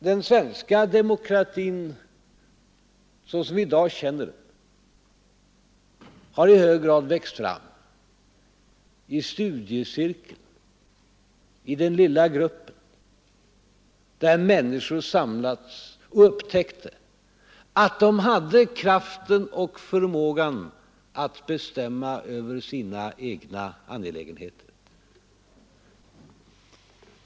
Den svenska demokratin sådan vi i dag känner den har i hög grad växt fram i studiecirkeln, i den lilla gruppen, där människor samlades och upptäckte att de hade kraften och förmågan att bestämma Över sina egna angelägenheter.